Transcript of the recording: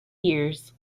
years